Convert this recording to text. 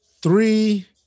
three